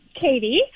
Katie